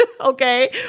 Okay